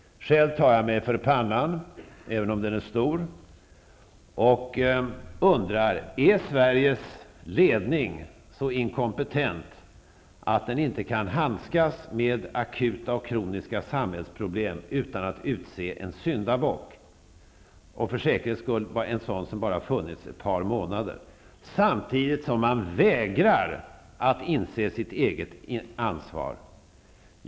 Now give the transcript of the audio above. Själv tar jag mig för pannan, även om den är stor, och undrar: Är Sveriges ledning så inkompetent att den inte kan handskas med akuta och kroniska samhällsproblem utan att utse en syndabock, och för säkerhets skull en som bara har funnits i ett par månader, samtidigt som den vägrar att inse sitt eget ansvar?